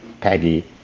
peggy